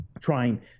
trying